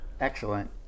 Excellent